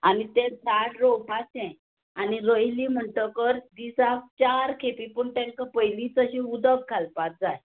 आनी तें झाड रोवपाचे आनी रोयले म्हणटकर दिसाक चार खेपे पूण तेंकां पयलींच अशीं उदक घालपाक जाय